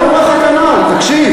אני אומר לך כנ"ל, תקשיב.